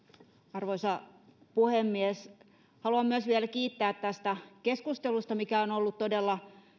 arvoisa puhemies haluan myös vielä kiittää tästä keskustelusta joka on ollut todella